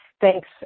Thanks